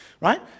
Right